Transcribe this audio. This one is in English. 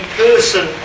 person